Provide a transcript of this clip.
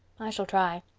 i shall try.